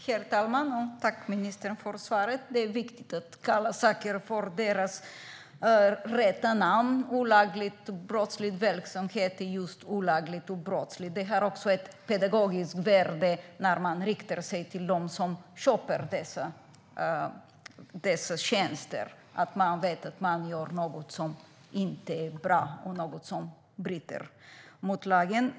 Herr talman! Tack, ministern, för svaret! Det är viktigt att kalla saker för deras rätta namn. Olaglig och brottslig verksamhet är just olaglig och brottslig. Det har också ett pedagogiskt värde när man riktar sig till dem som köper dessa tjänster, så att de vet att de gör något som inte är bra och att de bryter mot lagen.